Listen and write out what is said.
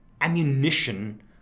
ammunition